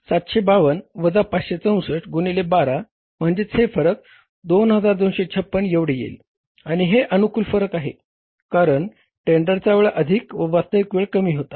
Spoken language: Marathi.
752 वजा 564 गुणिले 12 म्हणजेच हे फरक 2256 एवढे येईल आणि हे अनुकूल फरक आहे कारण टेंडरचा वेळ अधिक व वास्तविक वेळ कमी होता